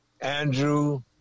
Andrew